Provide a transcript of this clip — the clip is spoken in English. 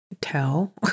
tell